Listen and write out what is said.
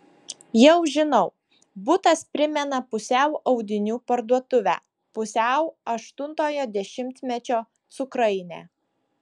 jau žinau butas primena pusiau audinių parduotuvę pusiau aštuntojo dešimtmečio cukrainę